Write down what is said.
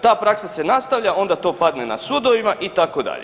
Ta praksa se nastavlja, onda to padne na sudovima, itd.